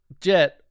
jet